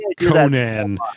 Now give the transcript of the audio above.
Conan